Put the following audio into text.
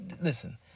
Listen